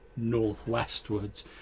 northwestwards